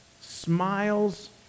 smiles